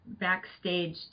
backstage